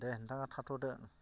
दे नोंथाङा थाथ'दो